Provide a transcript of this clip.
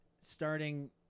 starting